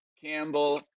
Campbell